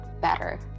better